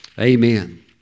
Amen